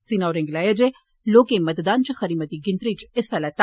सिन्हा होरें गलाया जे लोकें मतदान च खरी मती गिनतरी च हिस्सा लैता